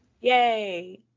Yay